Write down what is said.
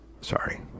Sorry